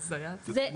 זה,